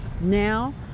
now